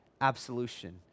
absolution